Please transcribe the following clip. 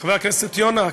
חבר הכנסת יונה,